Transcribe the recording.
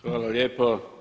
Hvala lijepo.